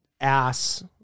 ass